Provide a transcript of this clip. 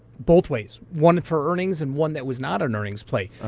both ways. one for earnings and one that was not an earnings play.